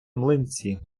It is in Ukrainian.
млинці